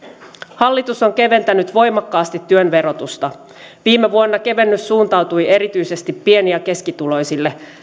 hallitus on keventänyt voimakkaasti työn verotusta viime vuonna kevennys suuntautui erityisesti pieni ja keskituloisille